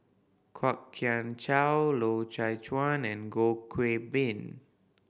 Kwok Kian Chow Loy Chye Chuan and Goh Qiu Bin